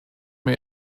mir